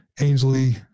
Ainsley